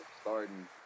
starting